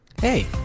hey